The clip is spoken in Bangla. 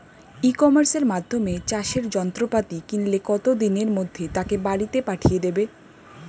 ই কমার্সের মাধ্যমে চাষের যন্ত্রপাতি কিনলে কত দিনের মধ্যে তাকে বাড়ীতে পাঠিয়ে দেবে?